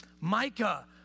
Micah